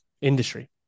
industry